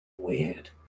weird